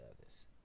others